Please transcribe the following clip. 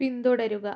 പിന്തുടരുക